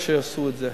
שיעשו את זה.